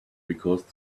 because